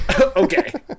Okay